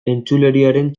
entzuleriaren